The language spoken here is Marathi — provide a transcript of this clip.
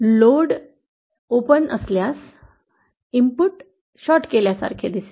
लोड ओपन असल्यास इनपुट शॉर्ट केल्यासारखे दिसेल